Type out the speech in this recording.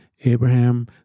Abraham